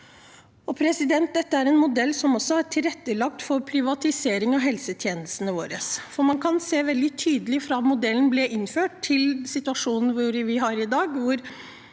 Dette er en modell som også har tilrettelagt for privatisering av helsetjenestene våre, for man kan se veldig tydelig fra modellen ble innført til situasjonen vi har i dag,